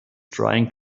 trying